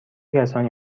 کسانی